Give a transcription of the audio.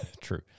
True